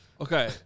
Okay